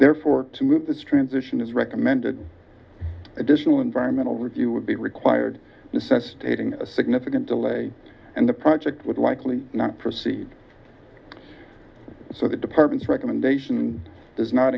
there for to move this transition is recommended additional environmental review would be required necessitating a significant delay and the project would likely not proceed so the department's recommendation does not